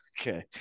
Okay